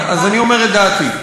אז אני אומר את דעתי.